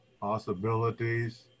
possibilities